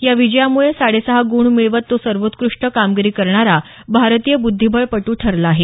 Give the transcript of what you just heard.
या विजयामुळे साडे सहा गुण मिळवत तो सर्वोत्कृष्ट कामगिरी करणारा भारतीय बुद्धीबळपटू ठरला आहे